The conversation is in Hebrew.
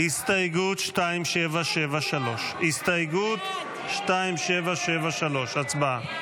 הסתייגות 2773. הצבעה.